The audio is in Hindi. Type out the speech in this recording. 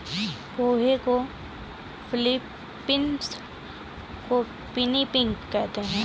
पोहे को फ़िलीपीन्स में पिनीपिग कहते हैं